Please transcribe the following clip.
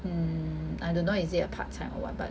mm I don't know is it a part time or what but